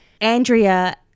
Andrea